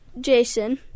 Jason